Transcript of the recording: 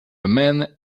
man